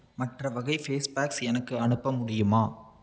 மற்ற வகை face packs எனக்கு அனுப்ப முடியுமா